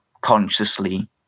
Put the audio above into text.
consciously